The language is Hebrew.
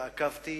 ועקבתי,